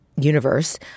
universe